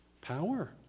Power